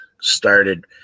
started